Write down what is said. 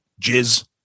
jizz